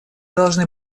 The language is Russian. должны